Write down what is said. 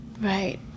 Right